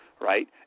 right